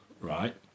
right